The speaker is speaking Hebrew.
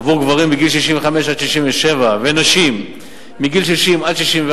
עבור גברים בגיל 65 67 ונשים בגיל 60 64,